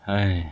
!hais!